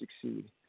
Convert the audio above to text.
succeed